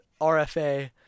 RFA